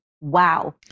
Wow